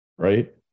Right